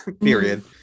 period